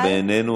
או בעינינו,